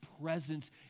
presence